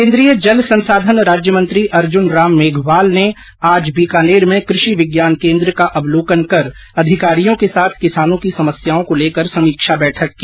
केन्द्रीय जल संसाधन राज्य मंत्री अर्जुनराम मेघवाल ने आज बीकानेर में कृषि विज्ञान केंद्र का अवलोकन कर अधिकारियों के साथ किसानों की समस्याओं को लेकर समीक्षा बैठक की